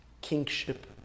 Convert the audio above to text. kingship